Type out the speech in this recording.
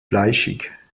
fleischig